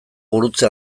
gurutze